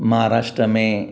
महाराष्ट्रा में